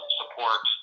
support